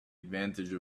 advantage